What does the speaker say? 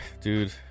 dude